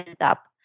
up